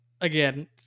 again